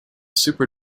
super